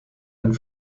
einen